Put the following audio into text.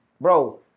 bro